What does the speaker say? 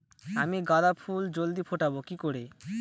আমি গাঁদা ফুল জলদি ফোটাবো কি করে?